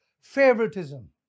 favoritism